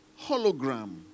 hologram